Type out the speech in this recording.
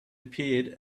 appeared